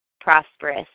prosperous